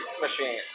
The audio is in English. machine